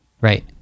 right